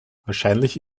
wahrscheinlich